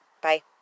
Bye